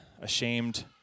ashamed